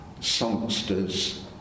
songsters